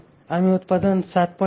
आणि आम्ही उत्पादन 7